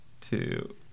two